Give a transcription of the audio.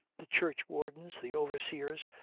the churchwardens, the overseers,